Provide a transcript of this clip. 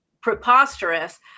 preposterous